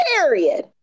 Period